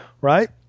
Right